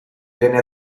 venne